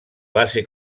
base